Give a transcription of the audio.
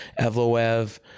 Evloev